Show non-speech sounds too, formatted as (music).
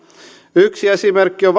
yksi esimerkki on (unintelligible)